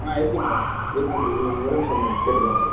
ஆ இருக்கு மேடம் இருக்கு ஒ ஒரு நிமிஷம் மேடம் கேட்டுக்குறேன் மேடம்